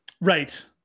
Right